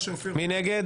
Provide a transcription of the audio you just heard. מי נגד?